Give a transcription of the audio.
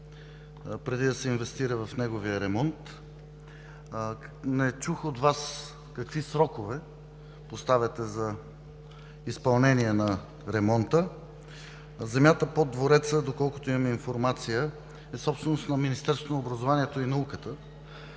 преди да се инвестира в неговия ремонт. Не чух от Вас какви срокове поставяте за изпълнение на ремонта. Земята под Двореца, доколкото имаме информация, е собственост на Министерството на образованието и науката.